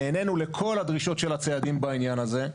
נענינו לכל הדרישות של הציידים בעניין הזה.